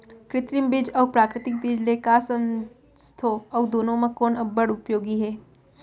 कृत्रिम बीज अऊ प्राकृतिक बीज ले का समझथो अऊ दुनो म कोन अब्बड़ उपयोगी हे?